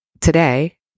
today